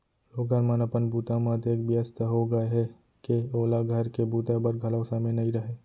लोगन मन अपन बूता म अतेक बियस्त हो गय हें के ओला घर के बूता बर घलौ समे नइ रहय